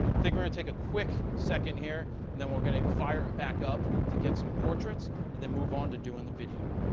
going to take a quick second here and then we're going to fire back up to get some portraits and then move on to do in the video.